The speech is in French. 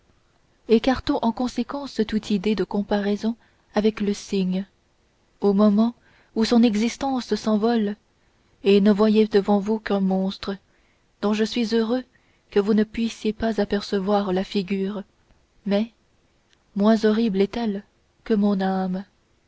écartons en conséquence toute idée de comparaison avec le cygne au moment où son existence s'envole et ne voyez devant vous qu'un monstre dont je suis heureux que vous ne puissiez pas apercevoir la figure mais moins horrible est-elle que son âme